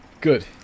Good